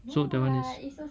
so that [one] is